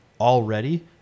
already